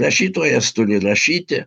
rašytojas turi rašyti